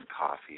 coffee